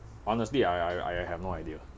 honestly I I I have no idea